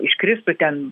iškristų ten